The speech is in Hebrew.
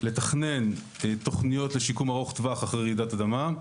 לתכנן תוכניות לשיקום ארוך טווח אחרי רעידת אדמה.